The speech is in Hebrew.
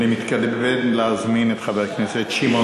אני מתכבד להזמין את חבר הכנסת שמעון